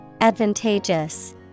Advantageous